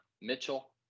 Mitchell